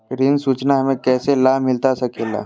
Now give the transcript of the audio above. ऋण सूचना हमें कैसे लाभ मिलता सके ला?